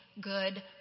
good